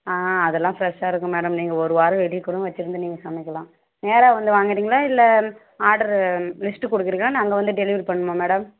ஆ அதெல்லாம் ஃப்ரெஷ்ஷா இருக்குது மேடம் நீங்கள் ஒரு வாரம் வெளியேக் கூடும் வெச்சுருந்து நீங்கள் சமைக்கலா ம் நேராக வந்து வாங்குறீங்களா இல்லை ஆர்டரு லிஸ்ட்டு கொடுக்கிறீங்களா நாங்கள் வந்து டெலிவரி பண்ணணுமா மேடம்